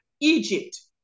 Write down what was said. Egypt